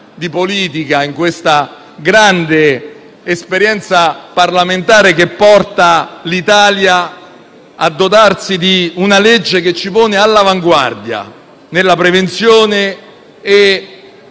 di politica, questa grande esperienza parlamentare che porta l'Italia a dotarsi di una legge che ci pone all'avanguardia nella prevenzione e